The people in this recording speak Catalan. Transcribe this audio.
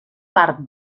part